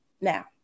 now